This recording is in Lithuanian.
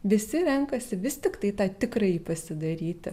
visi renkasi vis tiktai tą tikrąjį pasidairyti